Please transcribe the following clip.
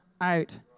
out